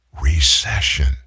recession